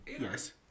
Yes